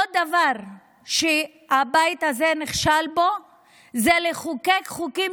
עוד דבר שהבית הזה נכשל בו הוא לחוקק חוקים